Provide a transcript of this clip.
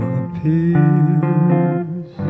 appears